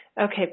Okay